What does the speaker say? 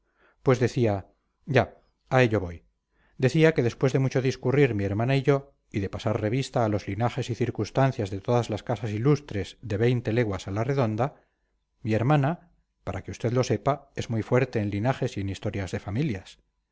pues decía ya a ello voy decía que después de mucho discurrir mi hermana y yo y de pasar revista a los linajes y circunstancias de todas las casas ilustres de veinte leguas a la redonda mi hermana para que usted lo sepa es muy fuerte en linajes y en historias de familias